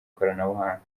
ikoranabuhanga